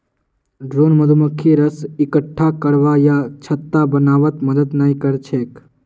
drone मधुमक्खी रस इक्कठा करवा या छत्ता बनव्वात मदद नइ कर छेक